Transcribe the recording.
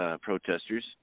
protesters